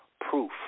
proof